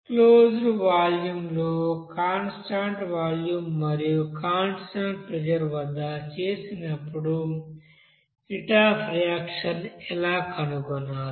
closed వాల్యూమ్లో constant volume మరియు constant pressure వద్ద చేసినప్పుడు హీట్ అఫ్ రియాక్షన్ ను ఎలా కనుగొనాలి